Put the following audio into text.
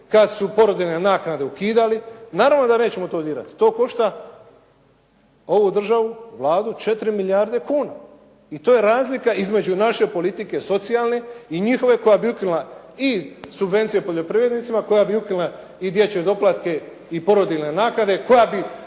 kad su porodiljne naknade ukidali, naravno da nećemo to dirati. To košta ovu državu, Vladu 4 milijarde kuna i to je razlika između naše politike socijalne i njihove koja i ukinula i subvencije poljoprivrednicima, koja bi ukinula i dječje doplatke i porodiljne naknade, koja bi